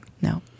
No